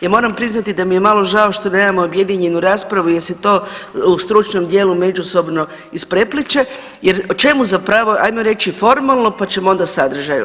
Ja moram priznati da mi je malo žao što nemamo objedinjenu raspravu jer se to u stručnom dijelu međusobno isprepliće, jer o čemu zapravo, ajmo reći formalno, pa ćemo onda sadržaj.